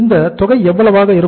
இந்த தொகை எவ்வளவாக இருக்கும்